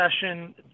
session